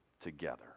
together